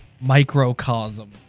microcosm